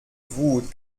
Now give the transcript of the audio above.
wut